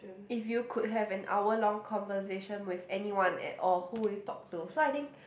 if you could have an hour long conversation with anyone at all who will you talk to so I think